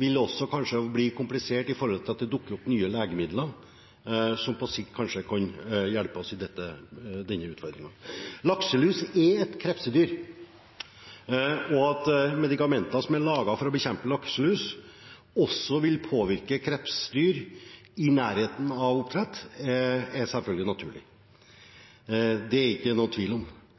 vil kanskje også bli komplisert i forhold til at det dukker opp nye legemidler som på sikt kanskje kan hjelpe oss når det gjelder denne utfordringen. Lakselus er et krepsdyr, og at medikamenter som er laget for å bekjempe lakselus, også vil påvirke krepsdyr i nærheten av oppdrett, er selvfølgelig naturlig. Det er det ikke noen tvil om,